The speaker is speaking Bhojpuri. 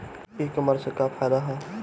ई कामर्स से का फायदा ह?